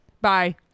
Bye